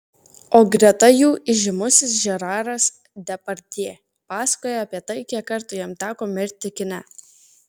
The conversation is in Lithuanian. o greta jų įžymusis žeraras depardjė pasakoja apie tai kiek kartų jam teko mirti kine